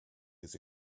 his